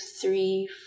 three